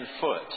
foot